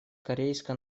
корейской